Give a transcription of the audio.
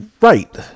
Right